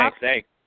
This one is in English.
thanks